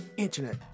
internet